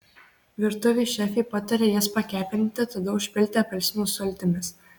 virtuvės šefė pataria jas pakepinti tada užpilti apelsinų sultimis